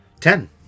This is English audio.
Ten